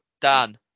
Dan